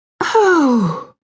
Oh